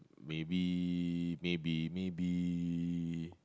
maybe maybe maybe